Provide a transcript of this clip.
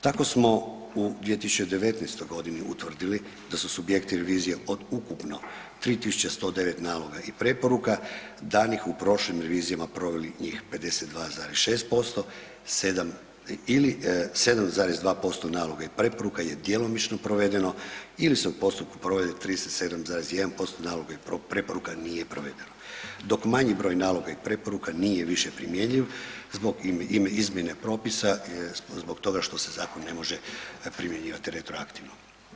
Tako smo u 2019.g. utvrdili da su subjekti revizije od ukupno 3109 naloga i preporuka danih u prošlim revizijama, proveli njih 52,6% 7 ili 7,2% naloga i preporuka je djelomično provedeno ili se u postupku provedbe 37,1% naloga i preporuka nije provedeno, dok manji broj naloga i preporuka nije više primjenjiv zbog izmjene propisa, zbog toga što se zakon ne može primjenjivati retroaktivno.